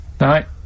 Right